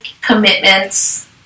commitments